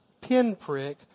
pinprick